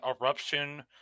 Eruption